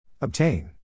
Obtain